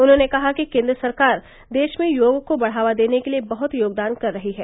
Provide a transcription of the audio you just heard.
उन्होंने कहा कि केन्द्र सरकार देश में योग को बढावा देने के लिए बहुत योगदान कर रही है